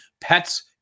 pets